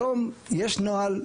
היום יש נוהל,